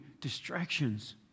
distractions